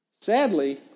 Sadly